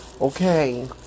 okay